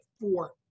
four